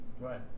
Right